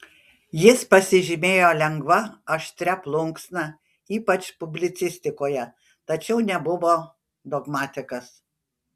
jis pasižymėjo lengva aštria plunksna ypač publicistikoje tačiau nebuvo dogmatikas